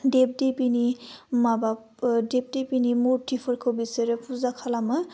देभ देभिनि माबा देभ देभिनि मुर्थिफोरखौ बिसोरो फुजा खालामो